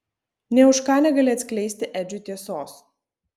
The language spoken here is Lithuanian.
nė už ką negali atskleisti edžiui tiesos